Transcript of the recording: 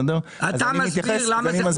נכון, אתה מסביר למה זה חוקי.